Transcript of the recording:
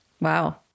Wow